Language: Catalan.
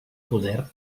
poder